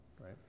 right